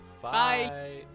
Bye